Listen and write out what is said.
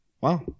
Wow